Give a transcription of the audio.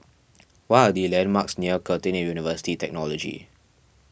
what are the landmarks near Curtin University Technology